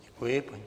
Děkuji.